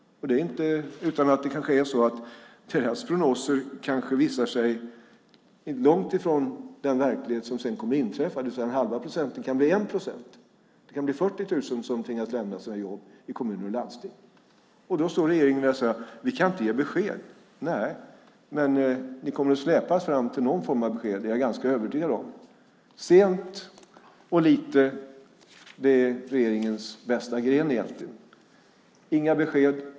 Det är inte utan att det är så att deras prognoser kanske visar sig är långt ifrån den verklighet som sedan kommer att inträffa, det vill säga att den halva procenten kan bli 1 procent. Det kan bli 40 000 som tvingas lämna sina jobb i kommuner och landsting. Då står regeringen där och säger att de inte kan ge besked. Men ni kommer att släpas fram till någon form av besked. Det är jag övertygad om. Sent och lite är regeringens bästa gren. Inga besked.